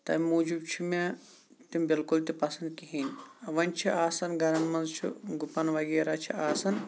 تَمہِ موٗجوٗب چھُ مےٚ تِم بِلکُل تہِ پَسند کِہیٖنۍ وۄنۍ چھُ آساان گرن منٛز چھُ گُپن وغیرہ چھِ آسن